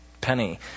Penny